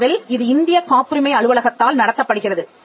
இந்தியாவில் இது இந்தியக் காப்புரிமை அலுவலகத்தால் நடத்தப்படுகிறது